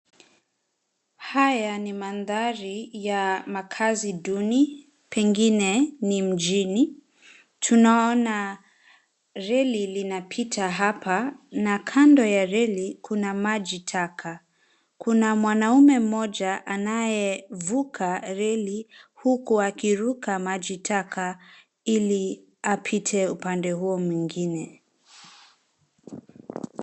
Haya ni mandhari ya makazi duni, pengine ni mjini. Tunaona reli linapita hapa na kando ya reli kuna majitaka. Kuna mwanamume mmoja anayevuka reli huku akiruka majitaka ili apite upande huo mwingine.